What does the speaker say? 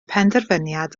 penderfyniad